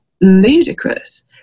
ludicrous